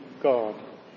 God